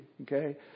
okay